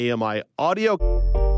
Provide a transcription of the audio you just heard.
AMI-audio